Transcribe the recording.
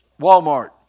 Walmart